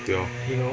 对 lor